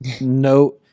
no